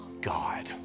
God